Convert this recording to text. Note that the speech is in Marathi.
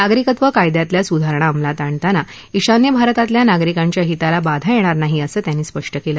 नागरिकत्व कायद्यातल्या सुधारणा अंमलात आणताना ईशान्य भारतातल्या नागरिकांच्या हिताला बाधा येणार नाही असंही त्यांनी स्पष्ट केलं